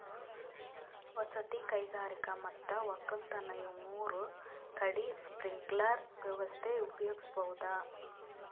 ವಸತಿ ಕೈಗಾರಿಕಾ ಮತ್ ವಕ್ಕಲತನ್ ಇವ್ ಮೂರ್ ಕಡಿ ಸ್ಪ್ರಿಂಕ್ಲರ್ ವ್ಯವಸ್ಥೆ ಉಪಯೋಗಿಸ್ಬಹುದ್